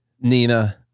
Nina